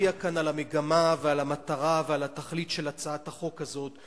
שמצביע כאן על המגמה ועל המטרה ועל התכלית של הצעת החוק הזאת,